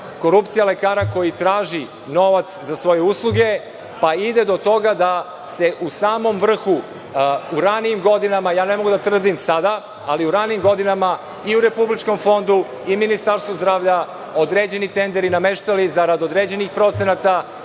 korupcija lekara koji traži novac za svoje usluge, pa ide do toga da su se u samom vrhu, u ranijim godinama, ne mogu da tvrdim sada, ali u ranijim godinama, i u Republičkom fondu i Ministarstvu zdravlja određeni tenderi nameštali zarad određenih procenata,